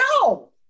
no